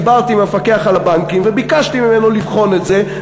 דיברתי עם המפקח על הבנקים וביקשתי ממנו לבחון את זה,